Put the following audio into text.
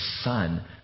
Son